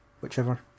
whichever